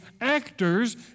actors